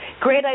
Great